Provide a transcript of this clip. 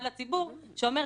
לגבי